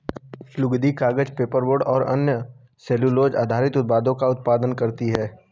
लुगदी, कागज, पेपरबोर्ड और अन्य सेलूलोज़ आधारित उत्पादों का उत्पादन करती हैं